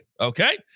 Okay